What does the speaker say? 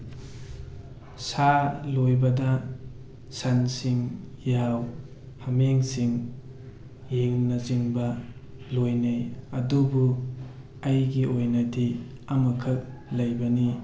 ꯁꯥ ꯂꯣꯏꯕꯗ ꯁꯟꯁꯤꯡ ꯌꯥꯎ ꯍꯥꯃꯦꯡꯁꯤꯡ ꯌꯦꯟꯅꯆꯤꯡꯕ ꯂꯣꯏꯅꯩ ꯑꯗꯨꯕꯨ ꯑꯩꯒꯤ ꯑꯣꯏꯅꯗꯤ ꯑꯃꯈꯛ ꯂꯩꯕꯅꯤ